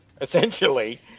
essentially